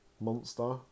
monster